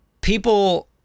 people